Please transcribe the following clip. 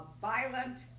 violent